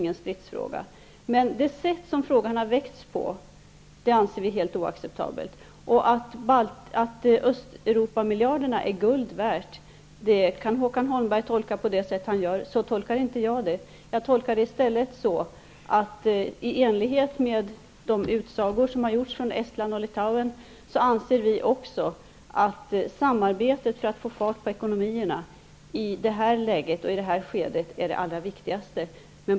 Men vi anser att det sätt som frågan har väckts på är oacceptabelt. Att Österuopamiljarderna är guld värda kan Håkan Holmberg tolka på det sätt han gör, men så tolkar inte jag det. I stället tolkar jag det så att, i enlighet med de utsagor som har gjorts från Estland och Litauen, samarbetet för att få fart på ekonomierna i det här skedet är det allra viktigaste.